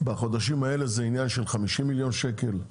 בחודשים האלה זה עניין של 50 מיליון שקל,